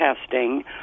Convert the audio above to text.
testing